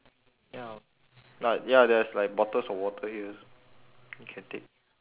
ya like ya there's like bottles of water here also you can take